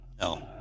No